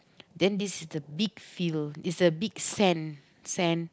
then this is the big field is a big sand sand